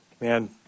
Man